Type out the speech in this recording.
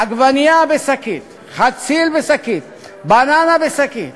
עגבנייה בשקית, חציל בשקית, בננה בשקית